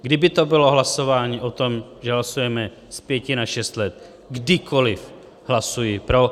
Kdyby to bylo hlasování o tom, že hlasujeme z pěti na šest let, tak kdykoliv hlasuji pro.